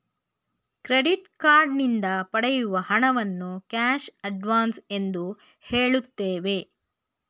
credit card ನಿಂದ ಪಡೆಯುವ ಹಣವನ್ನು ಕ್ಯಾಶ್ ಅಡ್ವನ್ಸ್ ಎಂದು ಹೇಳುತ್ತೇವೆ